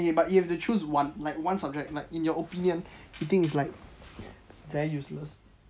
eh but you have to choose one like one subject like in your opinion you think it's like very useless